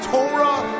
Torah